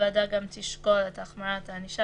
הוועדה גם תשקול את החמרת הענישה